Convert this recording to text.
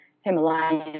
Himalayan